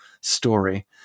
story